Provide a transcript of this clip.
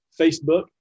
Facebook